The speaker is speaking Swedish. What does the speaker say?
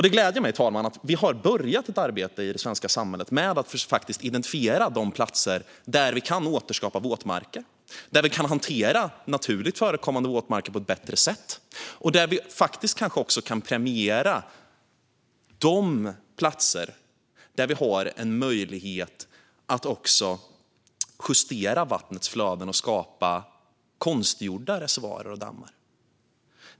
Det gläder mig, herr talman, att vi har påbörjat ett arbete i det svenska samhället med att identifiera de platser där vi kan återskapa våtmarker och där vi kan hantera naturligt förekommande våtmarker på ett bättre sätt. Vi kanske också kan premiera de platser där vi har en möjlighet att justera vattnets flöden och skapa konstgjorda reservoarer och dammar.